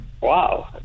wow